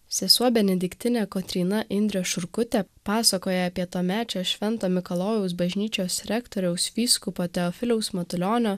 sesuo benediktinė kotryna indrė šurkutė pasakoja apie tuomečio švento mikalojaus bažnyčios rektoriaus vyskupo teofiliaus matulionio